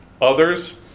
others